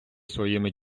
своїми